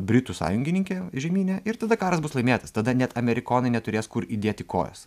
britų sąjungininkė žemyne ir tada karas bus laimėtas tada net amerikonai neturės kur įdėti kojos